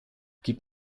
gibt